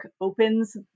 opens